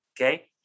okay